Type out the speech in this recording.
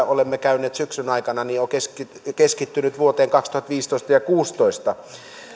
olemme käyneet syksyn aikana on keskittynyt vuosiin kaksituhattaviisitoista ja kaksituhattakuusitoista